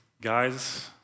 Guys